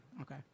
Okay